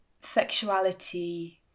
sexuality